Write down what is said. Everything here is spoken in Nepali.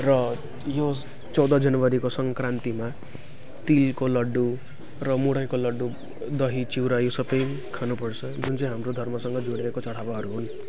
र यो चौध जनवरीको सङ्क्रान्तीमा तिलको लड्डु र मुरैको लड्डु दही चिउरा यो सबै खानुपर्छ जुन चाहिँ हाम्रो धर्मसँग जोडिएको चढावाहरू हुन्